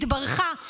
התברכה,